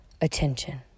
attention